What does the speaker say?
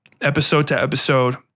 episode-to-episode